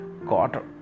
got